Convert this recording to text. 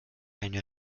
eine